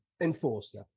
Enforcer